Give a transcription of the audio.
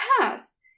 past